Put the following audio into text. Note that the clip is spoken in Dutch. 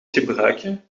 gebruiken